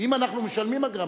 ואם אנחנו משלמים אגרה,